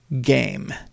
Game